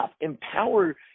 empower